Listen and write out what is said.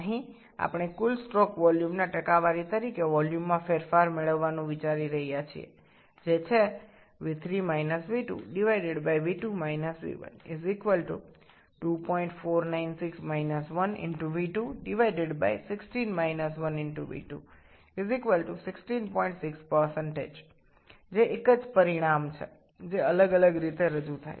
এখানে আমরা মোট স্ট্রোকের পরিমাণের শতাংশ হিসাবে আয়তনের পরিবর্তন পেতে চাই যেটি হল v3 v2v2 v12496 1v2v2166 যা একই উত্তর ভিন্ন উপায়ে উপস্থাপিত হয়